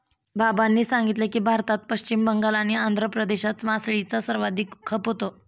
बाबांनी सांगितले की, भारतात पश्चिम बंगाल आणि आंध्र प्रदेशात मासळीचा सर्वाधिक खप होतो